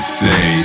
say